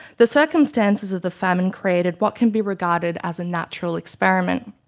the circumstances of the famine created what can be regarded as a natural experiment.